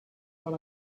what